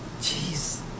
Jeez